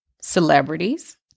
Celebrities